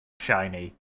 Shiny